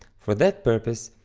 for that purpose,